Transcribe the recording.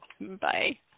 Bye